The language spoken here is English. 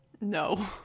no